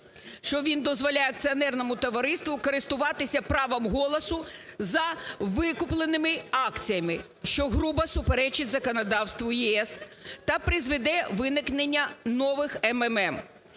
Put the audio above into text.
що він дозволяє акціонерному товариству користуватися правом голосу за викупленими акціями, що грубо суперечить законодавству ЄС та призведе виникнення нових "МММ".